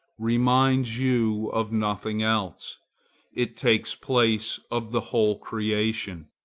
reminds you of nothing else it takes place of the whole creation.